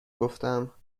گفتم